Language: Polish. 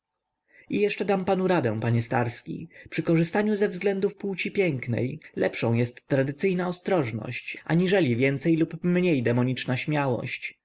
i jeszcze dam panu radę panie starski przy korzystaniu ze względów płci pięknej lepszą jest tradycyjna ostrożność aniżeli więcej lub mniej demoniczna śmiałość